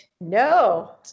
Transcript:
No